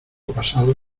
pasado